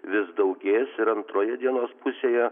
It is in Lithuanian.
vis daugės ir antroje dienos pusėje